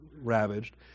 ravaged